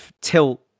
tilt